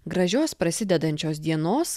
gražios prasidedančios dienos